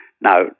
Now